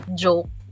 joke